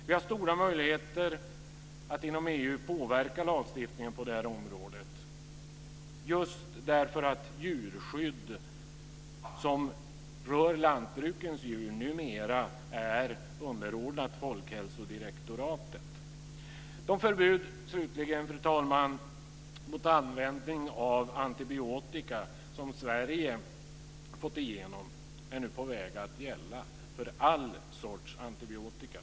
Vi har stora möjligheter att inom EU påverka lagstiftningen på det här området, just därför att djurskydd som rör lantbrukens djur numera är underordnat folkhälsodirektoratet. Fru talman! Sverige har fått igenom förbud mot användning av antibiotika. Det är nu på väg att gälla för all sorts antibiotika.